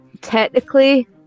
technically